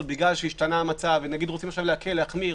בגלל שהשתנה המצב ורוצים להקל או להחמיר,